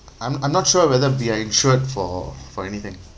I'm I'm not sure whether we are insured for for anything